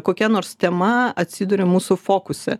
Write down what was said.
kokia nors tema atsiduria mūsų fokuse